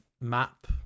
map